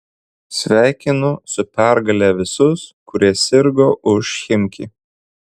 sveikinu su pergale visus kurie sirgo už chimki